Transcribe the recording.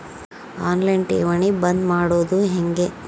On line ಠೇವಣಿ ಬಂದ್ ಮಾಡೋದು ಹೆಂಗೆ?